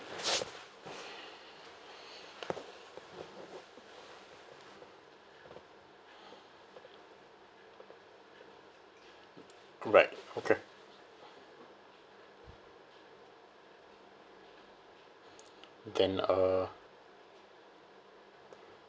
right okay can uh